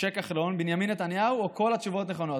משה כחלון, בנימין נתניהו, או שכל התשובות נכונות.